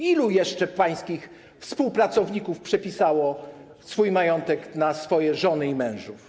Ilu jeszcze pańskich współpracowników przepisało swój majątek na swoje żony i mężów?